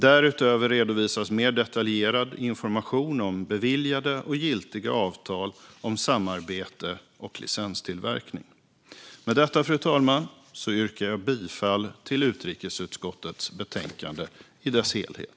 Därutöver redovisas mer detaljerad information om beviljade och giltiga avtal om samarbete och licenstillverkning. Med detta, fru talman, yrkar jag bifall till utrikesutskottets förslag i dess helhet.